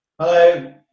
Hello